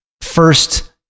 first